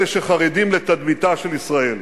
אלה שחרדים לתדמיתה של ישראל,